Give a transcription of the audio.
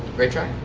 great track.